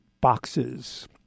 boxes